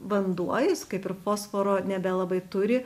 vanduo jis kaip ir fosforo nebelabai turi